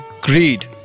greed